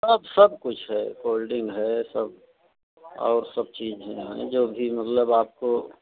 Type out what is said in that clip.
सब सब कुछ है कोल्ड ड्रिंक है सब और सब चीजैन हैं जो भी मतलब आपको